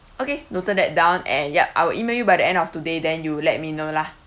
okay noted that down and yup I will email you by the end of today then you let me know lah